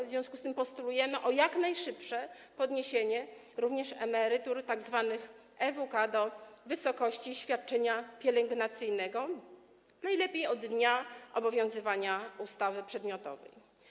W związku z tym postulujemy jak najszybsze podniesienie również tzw. emerytur EWK do wysokości świadczenia pielęgnacyjnego, najlepiej od dnia obowiązywania ustawy przedmiotowej.